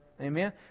Amen